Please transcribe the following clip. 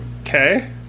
Okay